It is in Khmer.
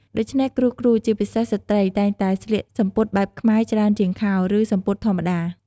ដូច្នេះ គ្រូៗជាពិសេសស្ត្រីតែងតែស្លៀកសំពត់បែបខ្មែរច្រើនជាងខោ ឬ សំពត់ធម្មតា។